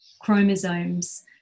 chromosomes